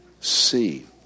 See